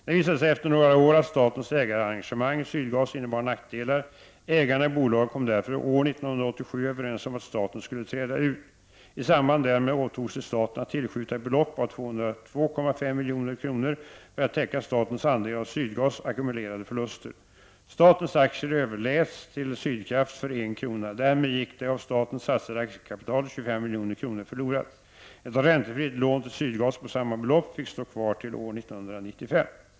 Det visade sig efter några år att statens ägarengagemang i Sydgas innebar nackdelar. Ägarna i bolaget kom därför år 1987 överens om att staten skulle träda ut. I samband därmed åtog sig staten att tillskjuta ett belopp av 202,5 milj.kr. för att täcka statens andel av Sydgas ackumulerade förluster. Statens aktier överläts till Sydkraft för en krona. Därmed gick det av staten satsade aktiekapitalet 25 milj.kr. förlorat. Ett räntefritt lån till Sydgas på samma belopp fick stå kvar till år 1995.